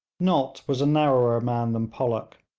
nott was a narrower man than pollock.